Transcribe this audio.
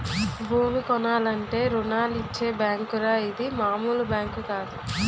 భూమి కొనాలంటే రుణాలిచ్చే బేంకురా ఇది మాములు బేంకు కాదు